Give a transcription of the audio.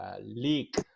leak